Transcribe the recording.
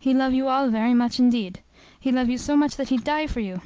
he love you all very much indeed he love you so much that he die for you!